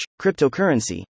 cryptocurrency